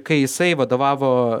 kai jisai vadovavo